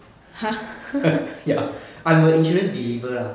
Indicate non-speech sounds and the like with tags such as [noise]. [laughs] ya I'm a insurance believer lah